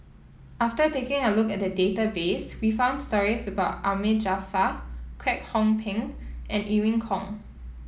after taking a look at the database we found stories about Ahmad Jaafar Kwek Hong Png and Irene Khong